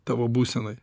tavo būsenoj